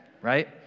right